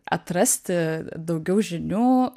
atrasti daugiau žinių